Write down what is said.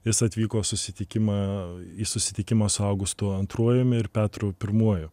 jis atvyko susitikimą į susitikimą su augustu antruoju ir petru pirmuoju